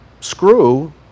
screw